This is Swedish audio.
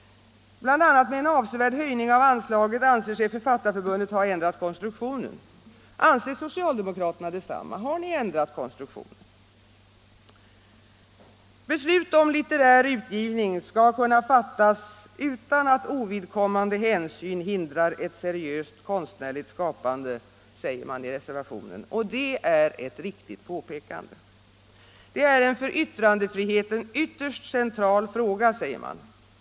Bl. a. med en avsevärd höjning av anslaget anser sig Författarförbundet ha ändrat konstruktionen. Anser socialdemokraterna detsamma? Har ni ändrat konstruktionen? Beslut om litterär utgivning skall kunna fattas utan att ovidkommande hänsyn hindrar ett seriöst konstnärligt skapande, säger man i reservationen. Och det är ett riktigt påpekande. Det är en för yttrandefriheten ytterst central fråga, säger man.